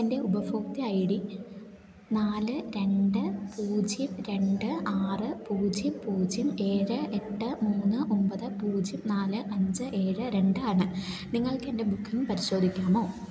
എൻ്റെ ഉപഭോക്തൃ I D നാല് രണ്ട് പൂജ്യം രണ്ട് ആറ് പൂജ്യം പൂജ്യം ഏഴ് എട്ട് മൂന്ന് ഒമ്പത് പൂജ്യം നാല് അഞ്ച് ഏഴ് രണ്ട് ആണ് നിങ്ങൾക്ക് എൻ്റെ ബുക്കിംഗ് പരിശോധിക്കാമോ